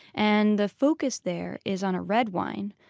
and the focus there is on a red wine.